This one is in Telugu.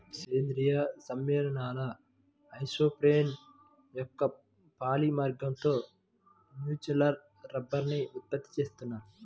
సేంద్రీయ సమ్మేళనాల ఐసోప్రేన్ యొక్క పాలిమర్లతో న్యాచురల్ రబ్బరుని ఉత్పత్తి చేస్తున్నారు